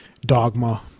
Dogma